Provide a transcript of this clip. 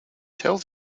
tell